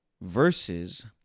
verses